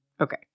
Okay